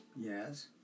Yes